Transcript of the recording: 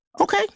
Okay